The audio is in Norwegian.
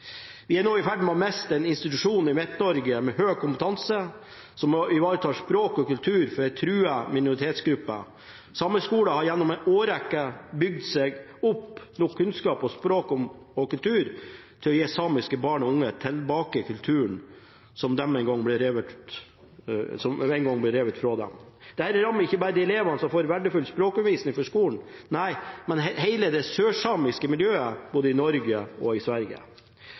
Vi er nå i ferd med å miste en institusjon i Midt-Norge med høy kompetanse, og som ivaretar språk og kultur for en truet minoritetsgruppe. Sameskolen har gjennom en årrekke bygd seg opp nok kunnskap om språk og kultur til å gi samiske barn og unge tilbake kulturen som en gang ble revet fra dem. Dette rammer ikke bare de elevene som får verdifull språkundervisning fra skolen, men hele det sørsamiske miljøet både i Norge og i Sverige.